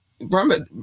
remember